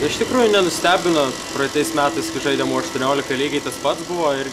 iš tikrųjų nenustebino praeitais metais kai žaidėm buvo aštuoniolika lygiai tas pats buvo irgi